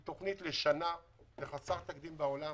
היא תוכנית לשנה וזה דבר חסר תקדים בעולם